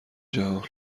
جهان